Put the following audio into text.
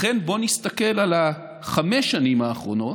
לכן, בואו נסתכל על חמש השנים האחרונות.